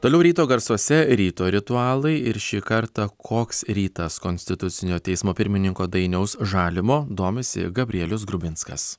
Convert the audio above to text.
toliau ryto garsuose ryto ritualai ir šį kartą koks rytas konstitucinio teismo pirmininko dainiaus žalimo domisi gabrielius grubinskas